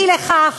אי לכך,